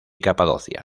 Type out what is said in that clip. capadocia